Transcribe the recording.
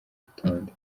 rutonde